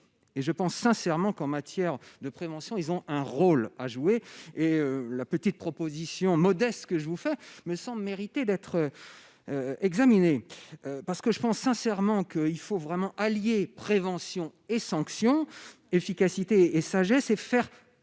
et je pense sincèrement qu'en matière de prévention, ils ont un rôle à jouer et la petite proposition modeste que je vous fais me semble mériter d'être examinés, parce que je pense sincèrement qu'il faut vraiment allié prévention et sanction efficacité et sagesse et faire